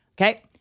Okay